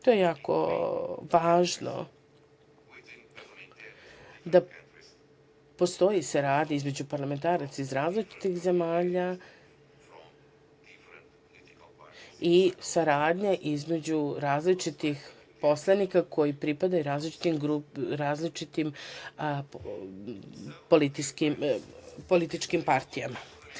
To je jako važno da postoji saradnja između parlamentaraca iz različitih zemalja i saradnja između različitih poslanika koji pripadaju različitim političkim partijama.